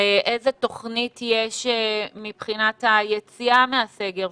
איזו תכנית יש מבחינת היציאה מהסגר,